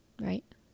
Right